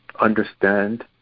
understand